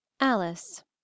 Alice